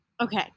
okay